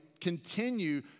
continue